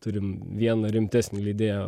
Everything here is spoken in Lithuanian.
turim vieną rimtesnį leidėją